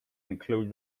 include